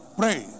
pray